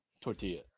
tortilla